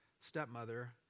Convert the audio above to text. stepmother